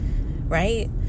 right